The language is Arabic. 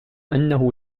أنه